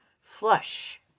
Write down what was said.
flush